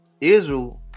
Israel